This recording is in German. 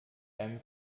einem